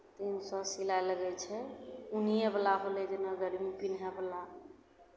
तीन सए सिलाइ लगै छै ऊनिएवला भेलै जेना घरमे पेन्हैवला